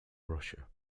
russia